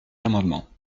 l’amendement